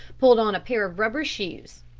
pulled on a pair of rubber shoes,